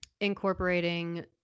incorporating